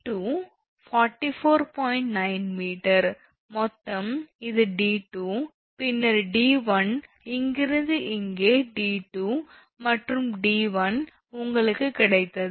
9 𝑚 மொத்தம் இது 𝑑2 பின்னர் 𝑑1 இங்கிருந்து இங்கே 𝑑2 மற்றும் 𝑑1 உங்களுக்குக் கிடைத்தது